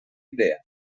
idea